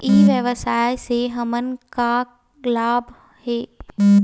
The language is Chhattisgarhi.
ई व्यवसाय से हमन ला का लाभ हे?